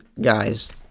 guys